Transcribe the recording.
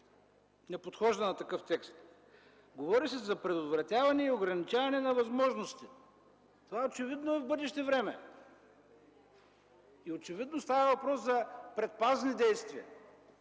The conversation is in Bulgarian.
не подхожда на такъв текст. Говори се за предотвратяване и ограничаване на възможности. Това очевидно е в бъдеще време и очевидно става въпрос за предпазни действия.